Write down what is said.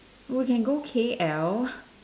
we can go k_l